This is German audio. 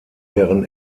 deren